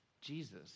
Jesus